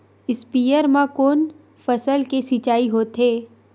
स्पीयर म कोन फसल के सिंचाई होथे?